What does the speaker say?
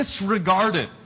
disregarded